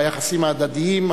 ביחסים ההדדיים.